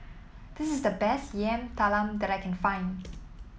this is the best Yam Talam that I can find